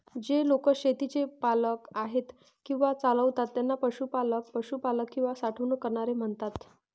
जे लोक शेतीचे मालक आहेत किंवा चालवतात त्यांना पशुपालक, पशुपालक किंवा साठवणूक करणारे म्हणतात